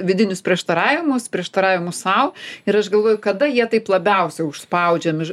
vidinius prieštaravimus prieštaravimus sau ir aš galvoju kada jie taip labiausiai užspaudžiami